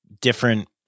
different